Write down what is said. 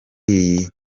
iyi